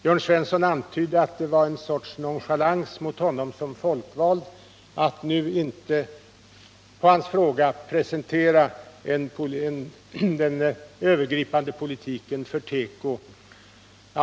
Jörn Svensson antydde att det var en sorts nonchalans mot honom som folkvald att jag inte nu som svar på hans fråga presenterar den övergripande politiken för teko.